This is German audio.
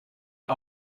die